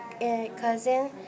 cousin